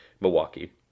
Milwaukee